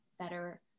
better